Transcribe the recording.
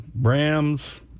Rams